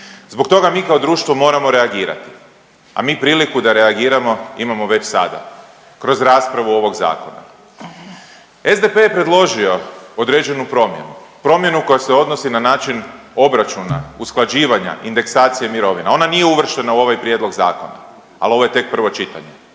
zbog toga mi kao društvo moramo reagirati, a mi priliku da reagiramo imamo već sada kroz raspravu ovog zakona. SDP je predložio određenu promjenu, promjenu koja se odnosi na način obračuna, usklađivanja, indeksacije mirovina, ona nije uvrštena u ovaj prijedlog zakona, al ovo je tek prvo čitanje.